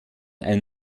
einen